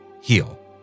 heal